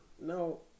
No